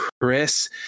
Chris